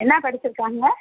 என்ன படிச்சுருக்காங்க